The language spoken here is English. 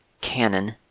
canon